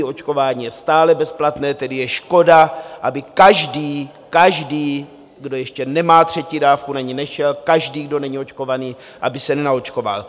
Očkování je stále bezplatné, tedy je škoda, aby každý každý, kdo ještě nemá třetí dávku na ni nešel, každý, kdo není očkovaný, aby se nenaočkoval.